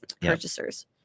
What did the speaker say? purchasers